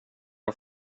har